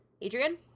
adrian